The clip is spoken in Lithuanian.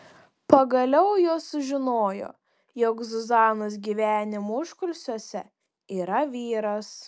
pagaliau jos sužinojo jog zuzanos gyvenimo užkulisiuose yra vyras